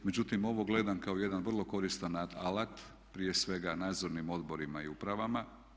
Međutim, ovo gledam kao jedan vrlo koristan alat prije svega nadzornim odborima i upravama.